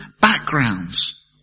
backgrounds